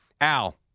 Al